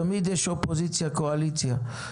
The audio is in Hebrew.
תמיד יש אופוזיציה וקואליציה,